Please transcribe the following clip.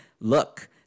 look